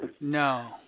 No